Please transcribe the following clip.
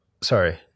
Sorry